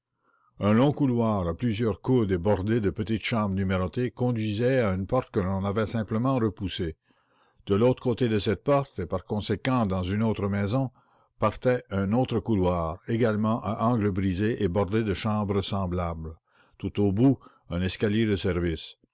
un long couloir à plusieurs coudes et bordé de petites chambres numérotées conduisait à une porte que l'on avait simplement repoussée de l'autre côté de cette porte et par conséquent dans une autre maison partait un autre couloir également à angles brisés et bordé de chambres semblables tout au bout un escalier de service